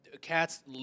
Cats